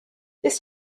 this